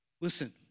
Listen